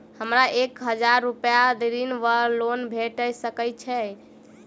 हमरा एक हजार रूपया ऋण वा लोन भेट सकैत अछि?